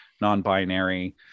non-binary